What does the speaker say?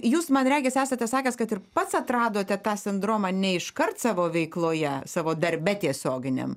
jūs man regis esate sakęs kad ir pats atradote tą sindromą ne iškart savo veikloje savo darbe tiesioginiam